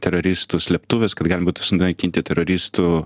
teroristų slėptuves kad galima būtų sunaikinti teroristų